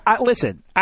Listen